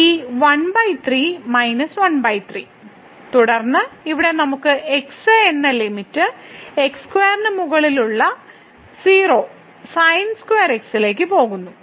ഈ 13 മൈനസ് 13 തുടർന്ന് ഇവിടെ നമുക്ക് x എന്ന ലിമിറ്റ് x2 ന് മുകളിലുള്ള 0 sin2x ലേക്ക് പോകുന്നു